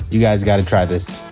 you guys gotta try this.